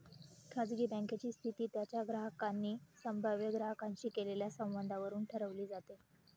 खाजगी बँकेची स्थिती त्यांच्या ग्राहकांनी संभाव्य ग्राहकांशी केलेल्या संवादावरून ठरवली जाते